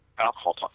alcohol